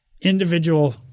Individual